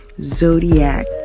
Zodiac